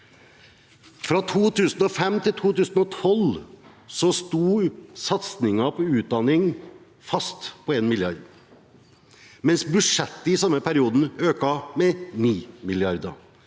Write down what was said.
Fra 2005 til 2012 sto satsingen på utdanning fast på 1 mrd. kr, mens budsjettet i samme periode økte med 9 mrd.